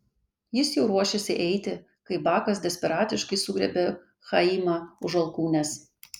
jis jau ruošėsi eiti kai bakas desperatiškai sugriebė chaimą už alkūnės